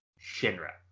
Shinra